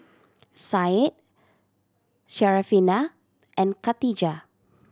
Said Syarafina and Katijah